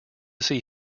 see